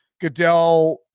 Goodell